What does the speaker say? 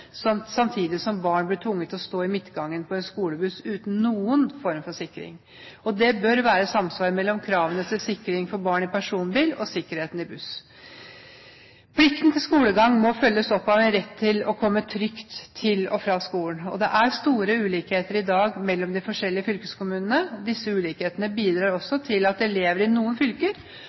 samtidig som barn blir tvunget til å stå i midtgangen på en skolebuss uten noen form for sikring. Det bør være samsvar mellom kravene til sikring av barn i personbil og sikkerheten i buss. Plikten til skolegang må følges opp av en rett til å komme trygt til og fra skolen. Det er i dag store ulikheter mellom de forskjellige fylkeskommunene. Disse ulikhetene bidrar også til at elever i noen fylker